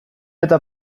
eta